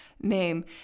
name